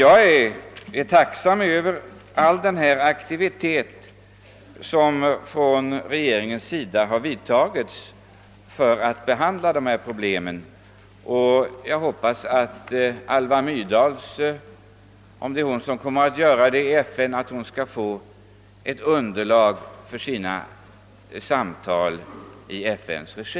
Jag är emellertid tacksam för all den aktivitet som regeringen har visat när det gällt att behandla dessa problem, och jag hoppas att Alva Myrdal — om det är hon som tar hand om saken — skall få ett underlag för sina samtal i FN:s regi.